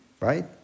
Right